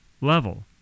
level